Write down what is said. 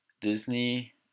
Disney